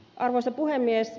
arvoisa puhemies